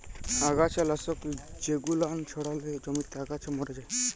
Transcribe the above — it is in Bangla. আগাছা লাশক জেগুলান ছড়ালে জমিতে আগাছা ম্যরে যায়